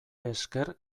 esker